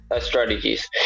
strategies